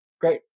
great